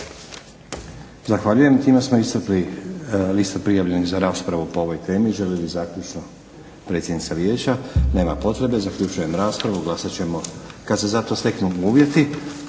Zahvaljujem. Time smo iscrpili listu prijavljenih za raspravu po ovoj temi. Želi li zaključno predsjednica vijeća? Nema potrebe. Zaključujem raspravu. Glasat ćemo kad se za to steknu uvjeti.